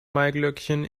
maiglöckchen